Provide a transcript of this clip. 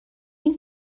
این